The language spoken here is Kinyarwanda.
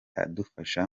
adufasha